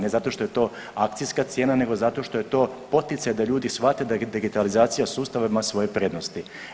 Ne zato što je to akcijska cijena nego zato što je to poticaj da ljudi shvate da digitalizacija sustava ima svoje prednosti.